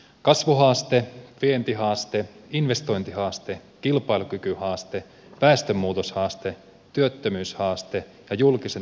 kasvuhaaste vientihaaste investointihaaste kilpailukykyhaaste päästömuutoshaaste työttömyyshaaste ja julkisen talouden haaste